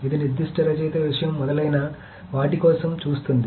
ఇది నిర్దిష్ట రచయిత విషయం మొదలైన వాటి కోసం చూస్తుంది